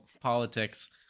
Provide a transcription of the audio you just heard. politics